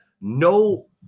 no